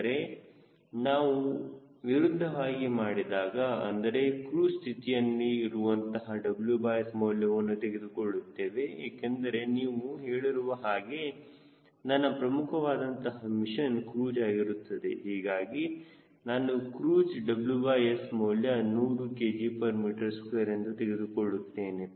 ಆದರೆ ನಾವು ವಿರುದ್ಧವಾಗಿ ಮಾಡಿದಾಗ ಅಂದರೆ ಕ್ರೂಜ್ ಸ್ಥಿತಿಯಲ್ಲಿ ಇರುವಂತಹ WS ಮೌಲ್ಯವನ್ನು ತೆಗೆದುಕೊಳ್ಳುತ್ತೇವೆ ಏಕೆಂದರೆ ನೀವು ಹೇಳಿರುವ ಹಾಗೆ ನನ್ನ ಪ್ರಮುಖವಾದಂತಹ ಮಿಷನ್ ಕ್ರೂಜ್ ಆಗಿರುತ್ತದೆ ಹೀಗಾಗಿ ನಾನು ಕ್ರೂಜ್ WS ಮೌಲ್ಯ 100 kgm2 ಎಂದು ತೆಗೆದುಕೊಳ್ಳುತ್ತೇನೆ